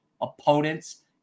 opponents